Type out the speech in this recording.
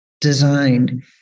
designed